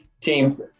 Team